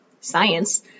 science